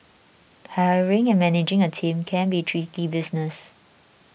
hiring and managing a team can be tricky business